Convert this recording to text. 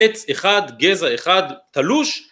עץ 1, גזע 1, תלוש.